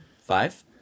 five